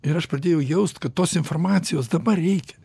ir aš pradėjau jaust kad tos informacijos dabar reikia